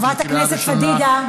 חברת הכנסת פדידה,